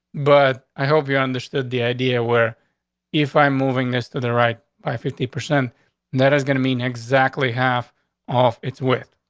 but i hope you understood the idea where if i'm moving this to the right by fifty percent that is gonna mean exactly half off its with.